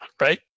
Right